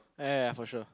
yeah yeah yeah for sure